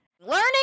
learning